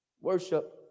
worship